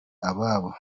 ababo